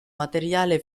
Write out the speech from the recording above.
materiale